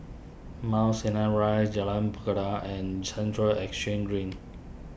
Mount Sinai Rise Jalan and Central Exchange Green